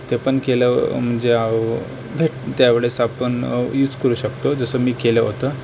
ते पण केलं म्हणजे आव त्यावेळेस आपण युज करू शकतो जसं मी केलं होतं